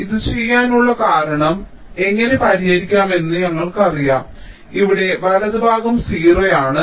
ഇത് ചെയ്യാനുള്ള കാരണം കേസ് എങ്ങനെ പരിഹരിക്കാമെന്ന് ഞങ്ങൾക്കറിയാം ഇവിടെ വലതുഭാഗം 0 ആണ്